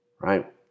right